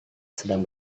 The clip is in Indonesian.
sedang